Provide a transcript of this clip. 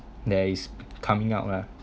they is coming out lah